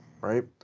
right